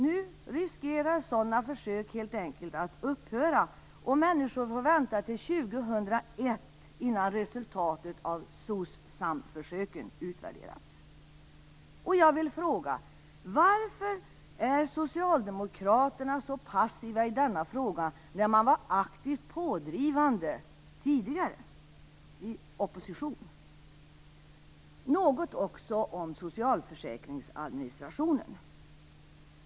Nu riskerar sådana försök att helt enkelt upphöra, och människor får vänta till 2001 innan resultatet av SOCSAM-försöken utvärderats. Varför är Socialdemokraterna så passiva i denna fråga när man var aktivt pådrivande tidigare i opposition? Något också om administrationen av socialförsäkringen.